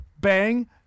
bang